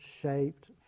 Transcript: shaped